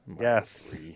Yes